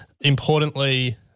Importantly